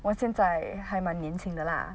我现在还蛮年轻的 lah